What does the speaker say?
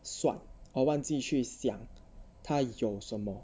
算 or 忘记去想他有什么